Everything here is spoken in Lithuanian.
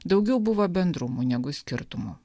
daugiau buvo bendrumų negu skirtumų